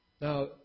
Now